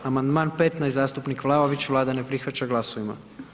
Amandman 15, zastupnik Vlaović, Vlada ne prihvaća, glasujmo.